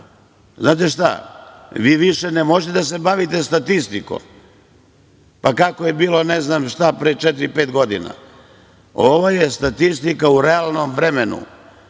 šta, vi više ne možete da se bavite statistikom, pa kako je bilo pre četiri, pet godina. Ovo je statistika u realnom vremenu. Znači,